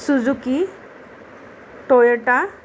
Suzuki Toyota